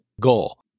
goal